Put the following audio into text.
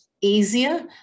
easier